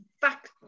back